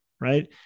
right